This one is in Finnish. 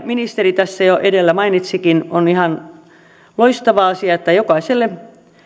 ministeri tässä jo edellä mainitsikin on ihan loistava asia että jokaiselle